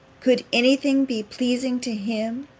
could any thing be pleasing to him,